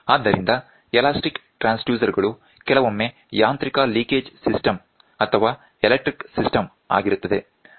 ಆದ್ದರಿಂದ ಎಲಾಸ್ಟಿಕ್ ಟ್ರಾನ್ಸ್ಡ್ಯೂಸರ್ಗಳು ಕೆಲವೊಮ್ಮೆ ಯಾಂತ್ರಿಕ ಲಿಂಕೇಜ್ ಸಿಸ್ಟಮ್ ಅಥವಾ ಎಲೆಕ್ಟ್ರಿಕ್ ಸಿಸ್ಟಮ್ ಆಗಿರುತ್ತದೆ